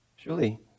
Surely